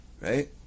right